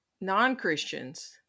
non-Christians